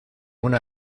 una